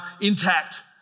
intact